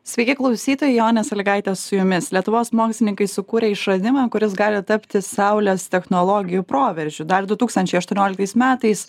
sveiki klausytojai jonė salygaitė su jumis lietuvos mokslininkai sukūrė išradimą kuris gali tapti saulės technologijų proveržiu dar du tūkstančiai aštuonioliktais metais